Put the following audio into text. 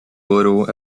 little